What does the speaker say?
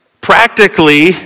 Practically